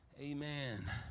amen